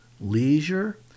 leisure